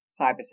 cybersecurity